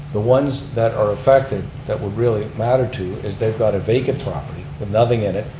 the ones that are affected, that would really matter to, is they've got a vacant property with nothing it,